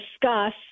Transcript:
discuss